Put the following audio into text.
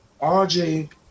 RJ